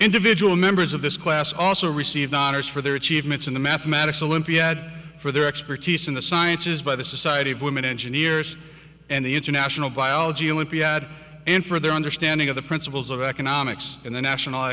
individual members of this class also received honors for their achievements in the mathematics olympiad for their expertise in the sciences by the society of women engineers and the international biology olympiad in for their understanding of the principles of economics and the national